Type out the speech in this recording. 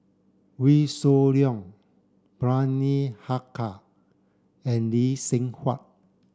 Wee Shoo Leong Bani Haykal and Lee Seng Huat